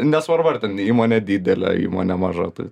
nesvarbu ar ten įmonė didelė įmonė maža tai